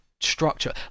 structure